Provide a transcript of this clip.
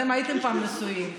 אתם הייתם פעם נשואים.